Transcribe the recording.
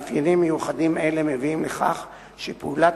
מאפיינים מיוחדים אלה מביאים לכך שפעולת